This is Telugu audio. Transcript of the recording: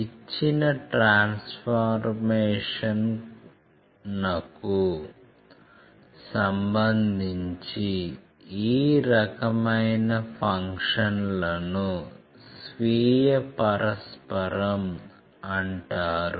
ఇచ్చిన ట్రాన్స్ఫర్మేషన్నకు సంబంధించి ఈ రకమైన ఫంక్షన్ లను స్వీయ పరస్పరం అంటారు